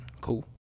Cool